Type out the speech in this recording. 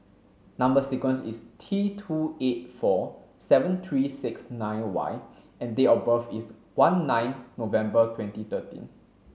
number sequence is T two eight four seven three six nine Y and date of birth is one nine November twenty thirteen